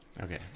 Okay